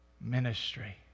ministry